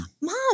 Mom